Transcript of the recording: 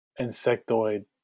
insectoid